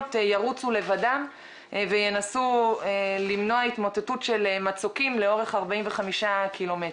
ירוצו לבדם וינסו למנוע התמוטטות של מצוקים לאורך 45 קילומטרים.